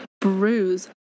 bruise